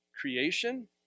creation